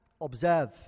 Observe